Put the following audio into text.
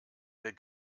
der